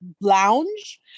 lounge